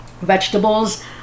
vegetables